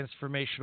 transformational